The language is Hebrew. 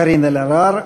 קארין אלהרר.